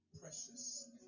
precious